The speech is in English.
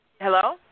Hello